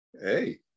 Hey